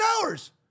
hours